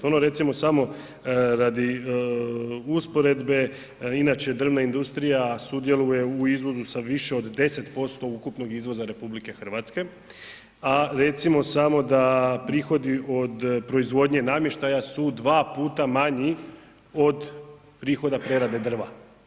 Ono recimo samo radi usporedbe inače drvna industrija sudjeluje u izvozu sa više od 10% ukupnog izvoza RH a recimo samo da prihodi od proizvodnje namještaja su dva puta manji od prihoda prerade drva.